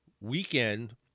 weekend